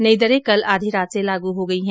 नई दरें कल आधी रात से लागू हो गई हैं